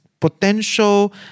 potential